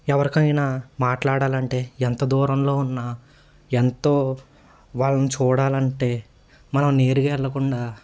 ఎవరికైనా మాట్లాడాలంటే ఎంత దూరంలో ఉన్నా ఎంతో వాళ్ళని చూడాలంటే మనం నీరు గ వెళ్ళకుండా